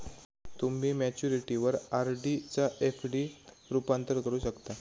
तुम्ही मॅच्युरिटीवर आर.डी चा एफ.डी त रूपांतर करू शकता